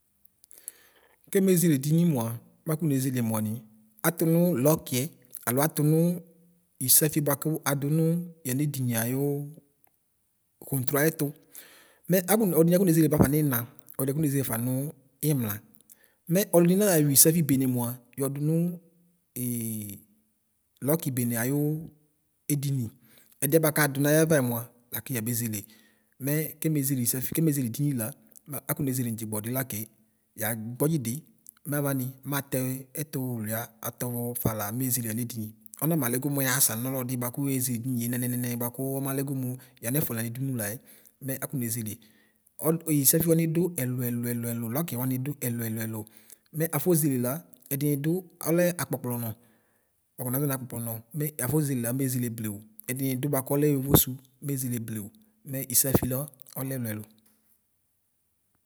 Kemeʒledini mua makonezele muani? Atunu lɔkiɛ alo atunu isafie buaku adunu yanedieni ayuu. Hɔŋtruaɛtu. Mɛ afone ɔdiniavonezele bafa nina, ɔdini avonezele ɣafa nuu imla. Mɛ ɔluibi naayuisafui bene ayu edini. Ɛdiɛ bakadu nayawaɛ mua lakiyabeʒele ndzigbɔdi lake, yagbɔdzidi mavani matɛ ɛtululuia atɔvɔfalaa meʒele anedini. Ɔnamalɛgo meyaasanu nolodi bakueyezele dinie nenene baku. Ɔmalɛgo mu yanɛfu la nudunulaɛ mɛ afonezele. Ɔlee isafuini du ɛluɛluɛlu loki amidu ɛluɛluɛlɔ. Mɛ afozele la, ɛdini du ɔlɛ akpokplono wakɔnazo nakplɔnɔ me afozelela mezele blewu; ɛdinidu bakɔlɛ yovosu mezele blewu. Mɛ isa fui la ɔlɛ ɛluɛluɛlu.